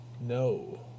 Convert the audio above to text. No